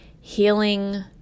healing